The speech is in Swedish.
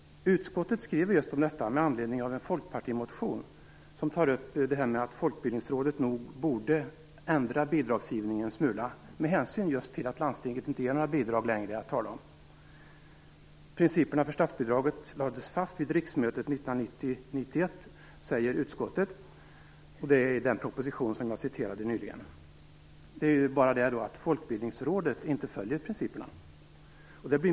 Utskottet skriver om detta med anledning av en folkpartimotion som tar upp att Folkbildningsrådet nog borde ändra bidragsgivningen en smula, med hänsyn just till att landstingen inte längre ger några bidrag att tala om. Principerna för statsbidraget lades fast vid riksmötet 1990/91, säger utskottet. Det är den proposition jag talade om nyligen som avses. Det är bara det att Folkbildningsrådet inte följer principerna.